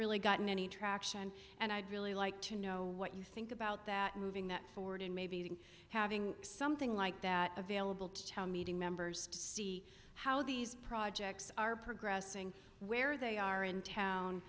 really gotten any traction and i'd really like to know what you think about that moving that forward and maybe even having something like that available to town meeting members to see how these projects are progressing where they are in town